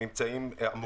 שאמורים להיות ב-stand by.